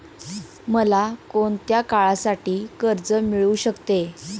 मला कोणत्या काळासाठी कर्ज मिळू शकते?